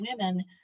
women